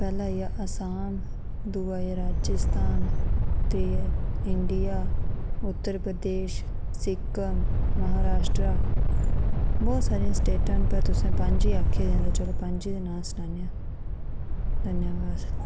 पैह्ला आई गेआ असाम दूआ आई गेआ राजस्थान त्रीया आई गेआ इंडिया उत्तर प्रदेश सिक्किम महाराष्ट्र बहुत सारियां स्टेटां न पर तुसें पंज गै आखेआ ते चलो पंज गै नांऽ सनान्ने आं धन्नवाद